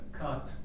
cut